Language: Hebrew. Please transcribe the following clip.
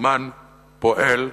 הזמן פועל תמיד,